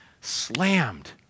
Slammed